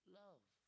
love